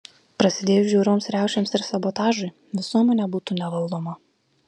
prasidėjus žiaurioms riaušėms ir sabotažui visuomenė būtų nevaldoma